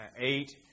eight